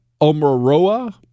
Omaroa